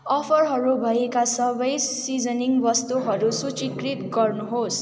अफरहरू भएका सबै सिजनिङ वस्तुहरू सूचीकृत गर्नुहोस्